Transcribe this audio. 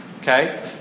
Okay